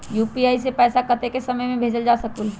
UPI से पैसा कतेक समय मे भेजल जा स्कूल?